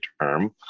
term